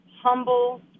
humble